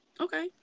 Okay